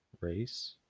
race